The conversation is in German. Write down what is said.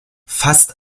fast